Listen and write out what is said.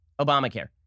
Obamacare